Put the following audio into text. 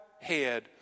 head